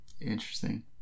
Interesting